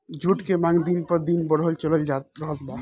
जुट के मांग दिन प दिन बढ़ल चलल जा रहल बा